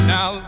Now